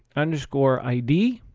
underscore, id